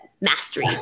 mastery